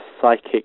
psychic